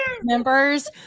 members